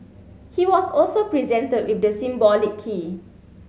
he was also presented with the symbolic key